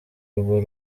urwo